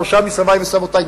שלושה מסבי וסבותי.